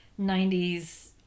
90s